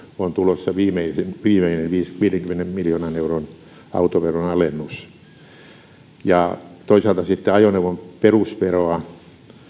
on tulossa viimeinen viimeinen viidenkymmenen miljoonan euron autoveron alennus toisaalta sitten ajoneuvoveron perusveroa